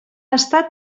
estat